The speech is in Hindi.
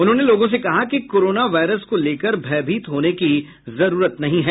उन्होंने लोगों से कहा कि कोरोना वायरस को लेकर भयभीत होने की जरूरत नहीं है